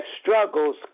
struggles